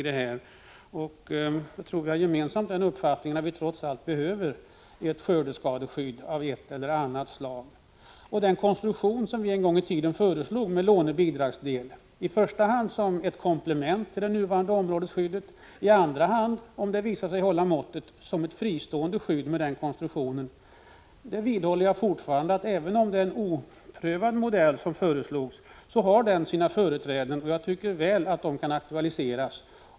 Jag tror att vi gemensamt har uppfattningen att det trots allt behövs ett skördeskadeskydd av ett eller annat slag. Den konstruktion som vi en gång i tiden föreslog med en låneoch en bidragsdel — i första hand som ett komplement till nuvarande områdesskydd och i andra hand, om konstruktionen visar sig hålla måttet, som ett fristående skydd — vidhåller jag fortfarande har sina företräden, även om modellen är oprövad. Jag tycker mycket väl att den kan aktualiseras.